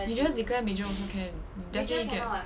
you just declare major also can definitely get